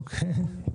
אוקיי,